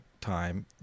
time